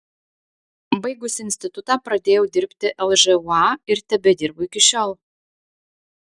baigusi institutą pradėjau dirbti lžūa ir tebedirbu iki šiol